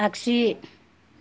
आख्सि